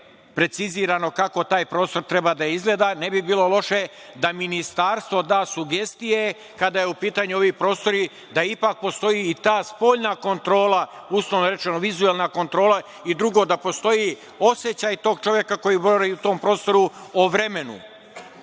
precizirano kako taj prostor treba da izgleda, ne bi bilo loše da ministarstvo da sugestije kada su u pitanju ovi prostori da ipak postoji i ta spoljna kontrola, uslovno rečeno, vizuelna kontrola i drugo da postoji osećaj tog čoveka koji boravi u tom prostoru o vremenu.